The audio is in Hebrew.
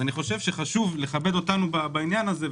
חשוב לכבד אותנו בעניין הזה.